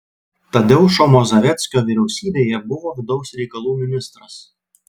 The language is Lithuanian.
tadeušo mazoveckio vyriausybėje buvo vidaus reikalų ministras